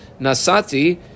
nasati